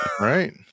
right